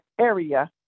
area